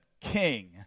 king